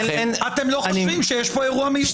אתם לא חושבים שיש פה אירוע מיוחד.